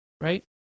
right